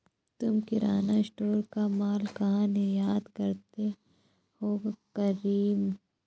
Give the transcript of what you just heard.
तुम किराना स्टोर का मॉल कहा निर्यात करते हो करीम?